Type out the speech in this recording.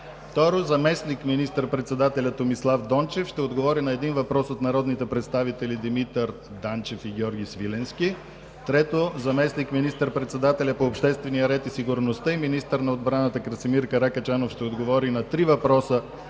2. Заместник министър-председателят Томислав Дончев ще отговори на един въпрос от народните представители Димитър Данчев и Георги Свиленски. 3. Заместник министър-председателят по обществения ред и сигурността и министър на отбраната Красимир Каракачанов ще отговори на три въпроса